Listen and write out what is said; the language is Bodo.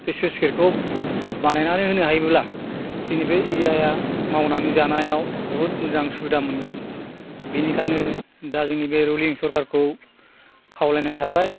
बे स्लुइस गेटखौ बानायनानै होनो हायोब्ला जोंनि बे एरियाया मावनानै जानायाव बुहुद मोजां सुबिदा मोनगोन बिनिखायनो दा जोंनि बे रुलिं सरखारखौ खावलायनाय थाबाय